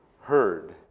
heard